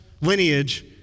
lineage